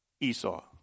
Esau